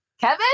Kevin